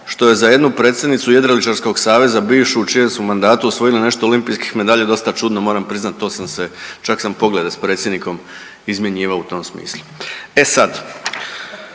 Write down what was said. što je za jednu predsjednicu Jedriličarskog saveza bivšu u čijem su mandatu osvojili nešto olimpijskih medalja dosta čudno moram priznat, to sam se čak sam pogled s predsjednikom izmjenjivao u tom smislu. E sad,